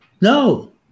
No